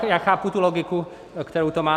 Já chápu tu logiku, kterou to má.